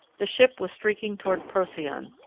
the ship was streaking toward procyon,